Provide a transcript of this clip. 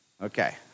Okay